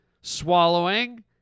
swallowing